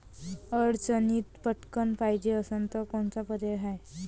अडचणीत पटकण पायजे असन तर कोनचा पर्याय हाय?